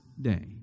day